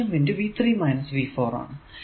ഇവിടെ G m പിന്നെ ഇവിടെ G m